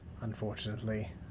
unfortunately